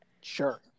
sure